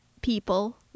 People